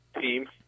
team